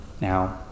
now